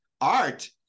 Art